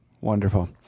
Wonderful